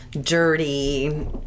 dirty